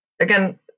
again